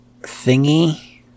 thingy